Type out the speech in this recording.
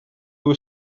who